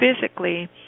physically